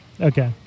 Okay